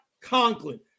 Conklin